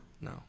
no